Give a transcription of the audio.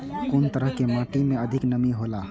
कुन तरह के माटी में अधिक नमी हौला?